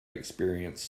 experience